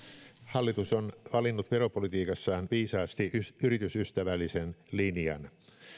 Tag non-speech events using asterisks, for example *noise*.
hallitus on valinnut veropolitiikassaan viisaasti yritysystävällisen *unintelligible* *unintelligible* linjan